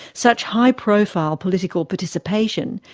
such high profile political participation,